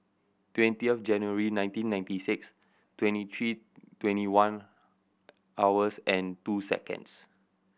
twenty of January nineteen ninety six twenty three twenty one hours and two seconds